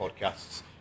podcasts